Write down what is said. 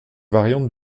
variante